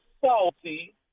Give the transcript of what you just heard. salty